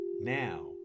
now